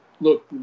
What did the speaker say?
look